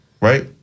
right